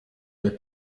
der